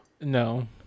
no